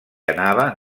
anava